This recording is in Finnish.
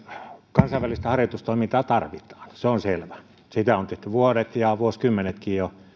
kansainvälistä harjoitustoimintaa tarvitaan se on selvää sitä on tehty vuodet ja vuosikymmenetkin jo